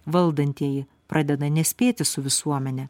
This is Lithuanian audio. valdantieji pradeda nespėti su visuomene